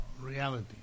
reality